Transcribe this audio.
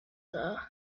there